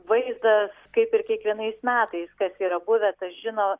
vaizdas kaip ir kiekvienais metais kas yra buvę tas žino